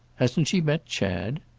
hasn't she met chad?